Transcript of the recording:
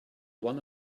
one